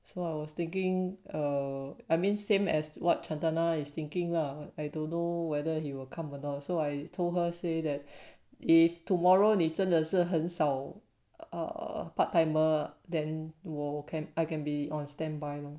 so I was thinking err I mean same as what chantana is thinking lah I don't know whether he would come or not so I told her say that if tomorrow 你真的是很少 err part timer than 我 I can be on standby lor